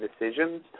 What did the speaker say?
decisions